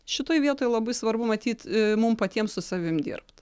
šitoje vietoj labai svarbu matyt mum patiem su savim dirbt